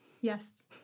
Yes